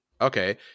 Okay